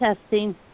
testing